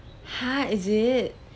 !huh! is it